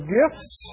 gifts